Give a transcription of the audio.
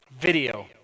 video